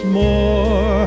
more